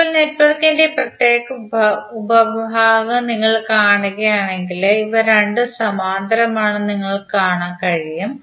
ഇപ്പോൾ നെറ്റ്വർക്കിന്റെ ഈ പ്രത്യേക ഉപവിഭാഗം നിങ്ങൾ കാണുകയാണെങ്കിൽ ഇവ രണ്ടും സമാന്തരമാണെന്ന് നിങ്ങൾക്ക് കാണാൻ കഴിയും